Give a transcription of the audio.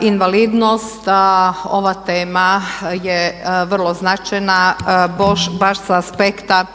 invalidnost a ova tema je vrlo značajna baš sa aspekta